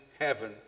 heaven